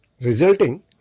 Resulting